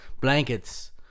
blankets